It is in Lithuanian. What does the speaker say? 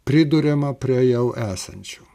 priduriama prie jau esančių